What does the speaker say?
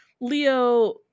Leo